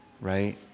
right